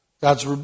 God's